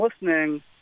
listening